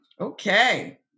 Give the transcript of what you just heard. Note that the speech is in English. Okay